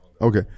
Okay